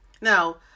Now